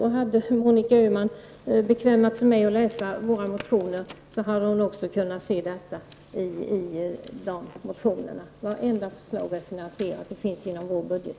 Om Monica Öhman hade bekvämat sig med att läsa våra motioner hade även hon vetat det.